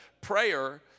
prayer